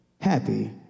happy